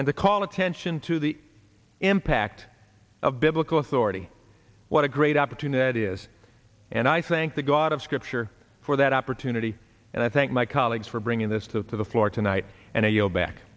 and the call attention to the impact of biblical authority what a great opportunity that is and i thank the god of scripture for that opportunity and i thank my colleagues for bringing this to the floor tonight and i yield back